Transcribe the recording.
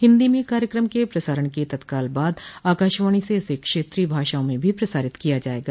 हिन्दी में कार्यक्रम के प्रसारण के तत्काल बाद आकाशवाणी से इसे क्षेत्रीय भाषाओं में भी प्रसारित किया जाएगा